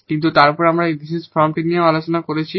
কিন্তু তারপর আমরা এই পার্টিকুলার ফর্মটি নিয়েও আলোচনা করেছি